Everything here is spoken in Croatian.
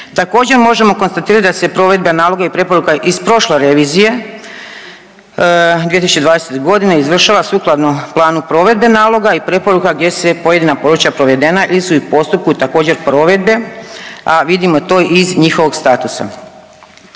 Također možemo konstatirati da se provedba naloga i preporuka iz prošle revizije 2020. godine izvršava sukladno planu provedbe naloga i preporuka gdje se pojedina područja provedena ili su postupku također provedbe, a vidimo to iz njihovog statusa.